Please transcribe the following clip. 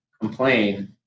complain